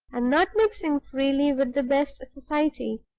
and not mixing freely with the best society,